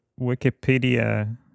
Wikipedia